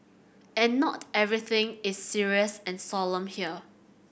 and not everything is serious and solemn here